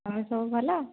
ତୁମେ ସବୁ ଭଲ